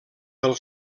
del